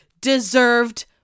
deserved